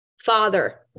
father